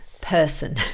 person